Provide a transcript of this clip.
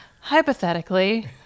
Hypothetically